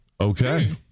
Okay